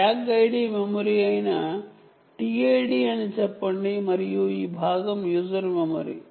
tag ID memory అయిన TID అని చెప్పండి మరియు ఈ భాగం యూజర్ మెమరీ